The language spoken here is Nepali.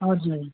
हजुर